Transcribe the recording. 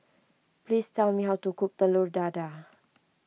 please tell me how to cook Telur Dadah